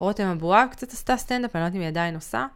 רותם אבוהב קצת עשתה סטנד-אפ אני לא יודעת אם היא עדיין עושה